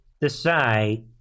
decide